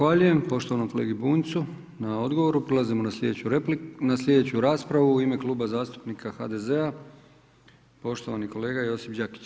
Zahvaljujem poštovanom kolegi Bunjcu na odgovoru, prelazimo na sljedeću raspravu, u ime Kluba zastupnika HDZ-a, poštovani kolega Josip Đakić.